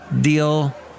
deal